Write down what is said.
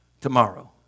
tomorrow